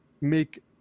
make